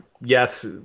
yes